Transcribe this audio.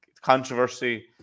controversy